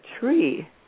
tree